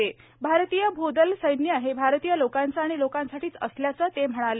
आरतीय भूदल सैन्य हे भारतीय लोकांचं आणि लोकांसाठीच असल्याचं ते म्हणाले